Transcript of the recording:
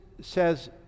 says